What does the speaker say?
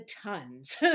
tons